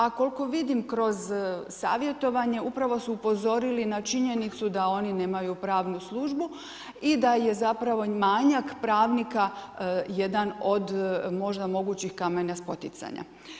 A koliko vidim kroz savjetovanje, upravo su upozorili na činjenicu da oni nemaju pravnu službu i da je zapravo i manjak pravnika, jedan od možda moguće kamenje s poticanja.